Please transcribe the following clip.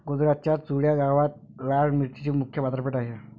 गुजरातच्या चुडा गावात लाल मिरचीची मुख्य बाजारपेठ आहे